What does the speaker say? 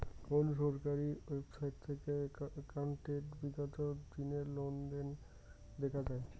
কোন সরকারি ওয়েবসাইট থেকে একাউন্টের বিগত দিনের লেনদেন দেখা যায়?